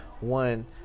one